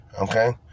okay